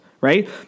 Right